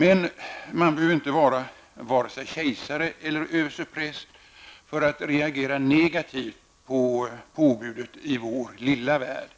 Men man behöver inte vara vare sig kejsare eller överstepräst för att reagera negativt på påbudet i vår lilla värld.